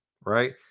right